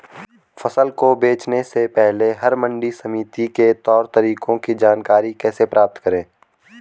फसल को बेचने से पहले हम मंडी समिति के तौर तरीकों की जानकारी कैसे प्राप्त करें?